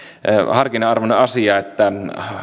harkinnan arvoinen asia että